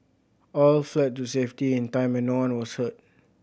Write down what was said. all fled to safety in time and no one was hurt